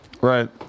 Right